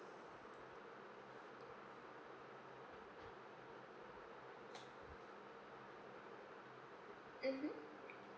mmhmm